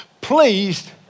pleased